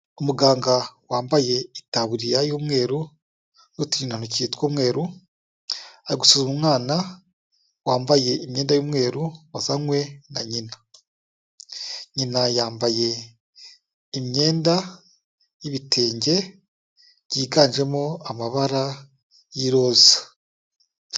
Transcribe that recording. Umuganga wambaye itaburiya y'umweru n'uturindantoki tw'umweru, ari gusuzuma umwana wambaye imyenda y'umweru wazanywe na nyina. Nyina yambaye imyenda y'ibitenge byiganjemo amabara y'iroza.